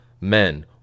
men